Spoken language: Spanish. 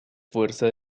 fuerza